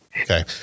okay